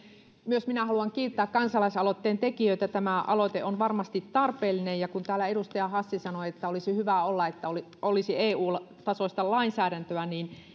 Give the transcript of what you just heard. myös minä haluan kiittää kansalaisaloitteen tekijöitä tämä aloite on varmasti tarpeellinen kun täällä edustaja hassi sanoi että olisi hyvä että olisi eu tasoista lainsäädäntöä niin